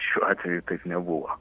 šiuo atveju taip nebuvo